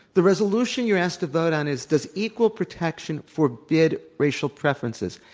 the resolution you're asked to vote on is, does equal protection forbid racial preferences?